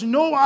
no